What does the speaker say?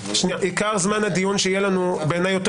ועיקר זמן הדיון שיהיה לנו בעיני יותר